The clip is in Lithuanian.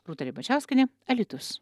rūta ribačiauskienė alytus